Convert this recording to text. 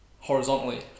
horizontally